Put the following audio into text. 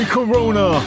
Corona